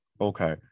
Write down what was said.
Okay